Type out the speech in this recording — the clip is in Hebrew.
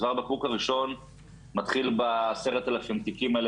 הצוואר בקבוק הראשון מתחיל ב-10,000 תיקים האלה